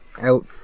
out